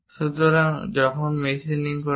সুতরাং যখন মেশিনিং করা হয়